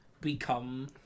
become